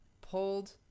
pulled